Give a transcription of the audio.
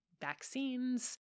vaccines